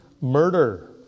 murder